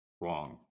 Wrong